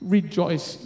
Rejoice